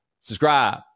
subscribe